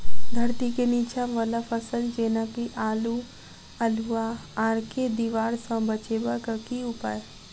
धरती केँ नीचा वला फसल जेना की आलु, अल्हुआ आर केँ दीवार सऽ बचेबाक की उपाय?